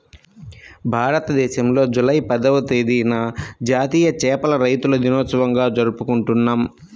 భారతదేశంలో జూలై పదవ తేదీన జాతీయ చేపల రైతుల దినోత్సవంగా జరుపుకుంటున్నాం